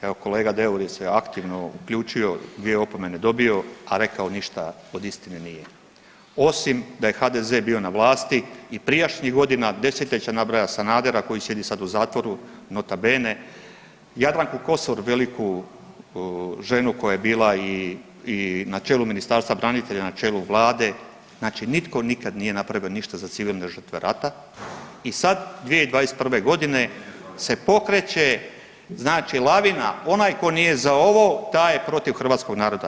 Evo, kolega Deur je se aktivno uključio, dvije opomene dobio, a rekao ništa od istine nije, osim da je HDZ bio na vlasti i prijašnjih godina, desetljeća, nabraja Sanadera koji sjedi sad u zatvoru, nota bene, Jadranku Kosor, veliku ženu koja je bila i načelu Ministarstva branitelja, na čelu Vlade, znači nitko nikad nije napravio ništa za civilne žrtve rata i sad 2021. g. se pokreće znači lavina, onaj tko nije za ovo, taj je protiv hrvatskog naroda.